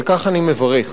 על כך אני מברך.